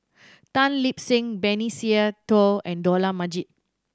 Tan Lip Seng Benny Se Teo and Dollah Majid